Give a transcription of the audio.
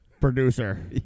Producer